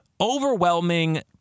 overwhelming